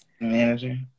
Manager